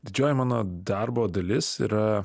didžioji mano darbo dalis yra